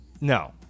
No